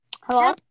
Hello